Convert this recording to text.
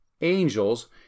angels